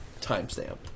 Timestamp